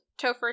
Topher